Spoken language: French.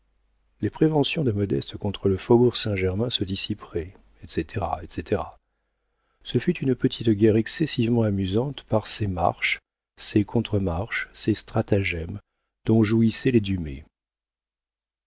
les préventions de modeste contre le faubourg saint-germain se dissiperaient etc etc ce fut une petite guerre excessivement amusante par ses marches ses contre-marches ses stratagèmes dont jouissaient les dumay